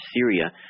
Syria